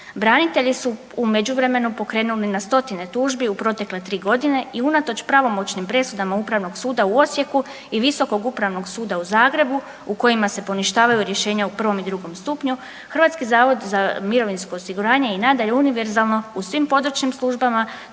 Branitelji su u međuvremenu pokrenuli na stotine tužbi u protekle 3 godine i unatoč pravomoćnim presudama Upravnog suda u Osijeku i Visokog upravnog suda u Zagrebu u kojima se poništavaju rješenja u prvom i drugom stupnju Hrvatski zavod za mirovinsko osiguranje je i nadalje univerzalno u svim područnim službama